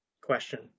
question